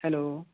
hello